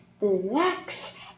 relax